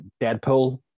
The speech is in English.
Deadpool